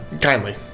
Kindly